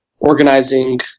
organizing